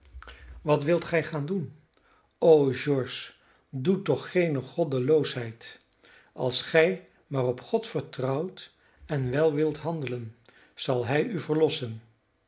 wat wilt gij gaan doen o george doe toch geene goddeloosheid als gij maar op god vertrouwt en wel wilt handelen zal hij u verlossen